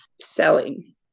selling